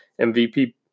MVP